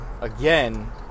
Again